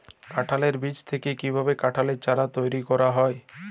কাঁঠালের বীজ থেকে কীভাবে কাঁঠালের চারা তৈরি করা হয়?